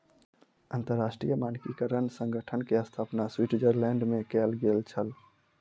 अंतरराष्ट्रीय मानकीकरण संगठन के स्थापना स्विट्ज़रलैंड में कयल गेल छल